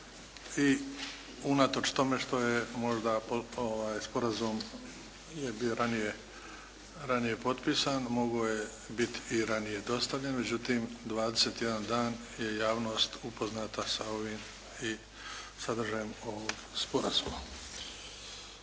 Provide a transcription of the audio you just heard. i unatoč tome što je možda ovaj sporazum je bio ranije potpisan. Mogao je i biti ranije dostavljen, međutim 21 dan je javnost upoznata sa ovim i sadržajem ovog sporazuma.